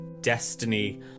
destiny